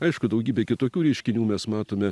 aišku daugybę kitokių reiškinių mes matome